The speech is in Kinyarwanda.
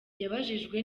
yabajijwe